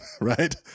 right